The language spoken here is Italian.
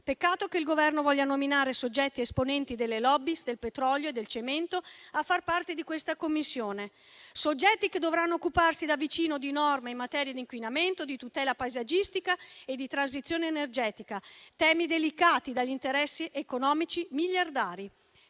Peccato che il Governo voglia nominare soggetti esponenti delle *lobbies* del petrolio e del cemento a far parte di questa commissione, soggetti che dovranno occuparsi da vicino di norme in materia di inquinamento, tutela paesaggistica e di transizione energetica, temi delicati dagli interessi economici miliardari.